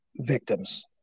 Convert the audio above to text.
victims